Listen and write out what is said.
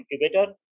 incubator